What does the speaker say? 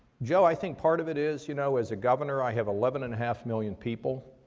joe, i think part of it is, you know, as a governor i have eleven and a half million people.